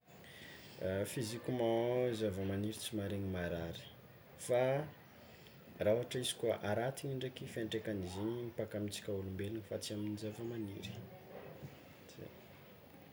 Ah physiquement, zavamaniry tsy maharegny marary, fa raha ôhatra izy koa aratina ndraiky fiantraikan'izy igny mipaka amintsika olombelona fa tsy amin'ny zavamaniry, zay.